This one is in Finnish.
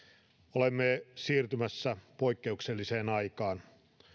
olemme siirtymässä poikkeukselliseen aikaan